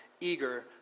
eager